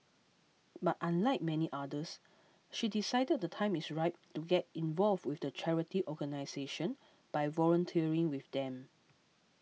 but unlike many others she decided the time is ripe to get involved with the charity organisation by volunteering with them